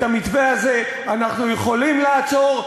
את המתווה הזה אנחנו יכולים לעצור.